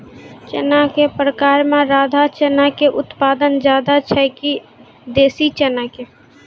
चना के प्रकार मे राधा चना के उत्पादन ज्यादा छै कि देसी चना के?